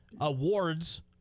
awards